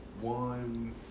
one